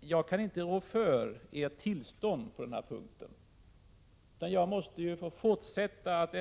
Jag kan inte rå för att ni reagerar så på den här punkten, utan jag måste få fortsätta att